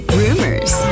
rumors